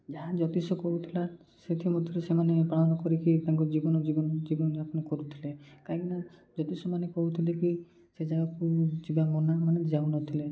ଯାହା ଜ୍ୟୋତିଷ କହୁଥିଲା ସେଥି ମଧ୍ୟରୁ ସେମାନେ ପାଳନ କରିକି ତାଙ୍କ ଜୀବନ ଜୀବନ ଜୀବନ ଯାପନ କରୁଥିଲେ କାହିଁକିନା ଜ୍ୟୋତିଷମାନେ କହୁଥିଲେ କି ସେ ଜାଗାକୁ ଯିବା ମନା ମାନେ ଯାଉ ନଥିଲେ